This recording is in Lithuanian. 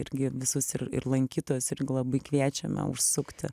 irgi visus ir ir lankytojus irgi labai kviečiame užsukti